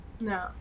No